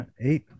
eight